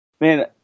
man